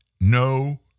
no